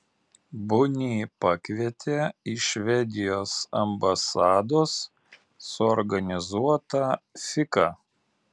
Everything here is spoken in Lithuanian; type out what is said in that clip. bunį pakvietė į švedijos ambasados suorganizuotą fiką